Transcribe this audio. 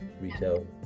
retail